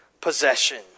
possession